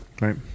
Right